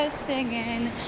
singing